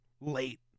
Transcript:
late